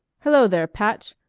hello there, patch.